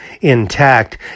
intact